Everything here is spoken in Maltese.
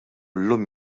llum